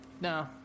No